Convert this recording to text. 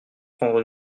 prendre